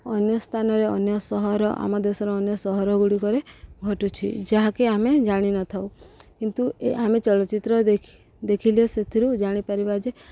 ଅନ୍ୟ ସ୍ଥାନରେ ଅନ୍ୟ ସହର ଆମ ଦେଶର ଅନ୍ୟ ସହରଗୁଡ଼ିକରେ ଘଟୁଛି ଯାହାକି ଆମେ ଜାଣିନଥାଉ କିନ୍ତୁ ଏ ଆମେ ଚଳଚ୍ଚିତ୍ର ଦେଖିଲେ ସେଥିରୁ ଜାଣିପାରିବା ଯେ